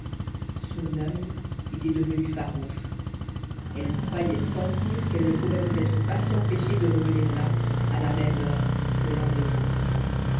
son oeil était devenu farouche elle croyait sentir qu'elle ne pourrait peut-être pas s'empêcher de revenir là à la même heure le lendemain